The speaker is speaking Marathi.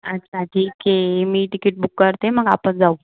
अच्छा ठीक आहे मी टिकिट बूक करते मग आपण जाऊ